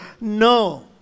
No